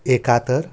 एकहत्तर